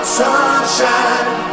sunshine